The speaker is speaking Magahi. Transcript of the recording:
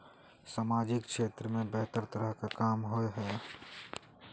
सामाजिक क्षेत्र में बेहतर तरह के काम होय है?